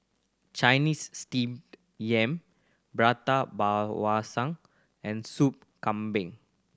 Chinese Steamed Yam prata and Soup Kambing